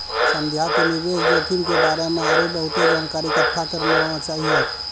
संध्या के निवेश जोखिम के बारे मे आरु बहुते जानकारी इकट्ठा करना चाहियो